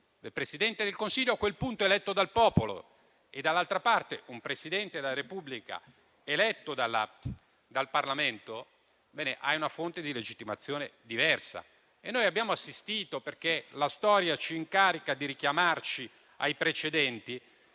il Presidente del Consiglio eletto dal popolo e, dall'altra parte, un Presidente della Repubblica eletto dal Parlamento, si ha una fonte di legittimazione diversa. E poiché la storia si incarica di richiamarci ai precedenti,